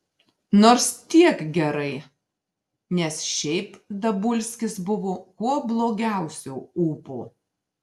nors tiek gerai nes šiaip dabulskis buvo kuo blogiausio ūpo